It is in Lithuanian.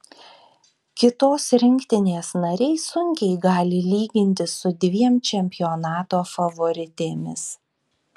kitos rinktinės nariai sunkiai gali lygintis su dviem čempionato favoritėmis